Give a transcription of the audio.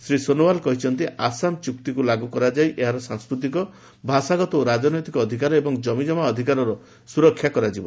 ଶ୍ରୀ ସୋନୱାଲ କହିଛନ୍ତି ଆସାମ ଚୁକ୍ତିକୁ ଲାଗୁ କରାଯାଇ ଏହାର ସାଂସ୍କୃତିକ ଭାଷାଗତ ଓ ରାଜନୈତିକ ଅଧିକାର ଏବଂ କମିଜମା ଅଧିକାରର ସୁରକ୍ଷା କରାଯିବ